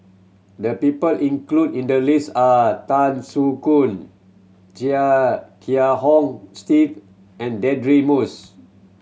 the people include in the list are Tan Soo Khoon Chia Kiah Hong Steve and Deirdre Moss